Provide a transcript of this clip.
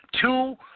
Two